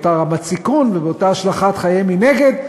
באותה רמת סיכון ובאותה השלכת חייהם מנגד,